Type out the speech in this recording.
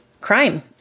crime